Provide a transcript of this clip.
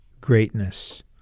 greatness